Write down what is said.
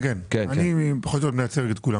אני מייצג את כולם.